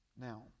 Now